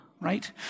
right